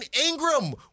Ingram